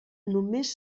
només